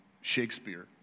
Shakespeare